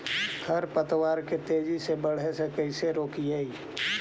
खर पतवार के तेजी से बढ़े से कैसे रोकिअइ?